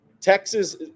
Texas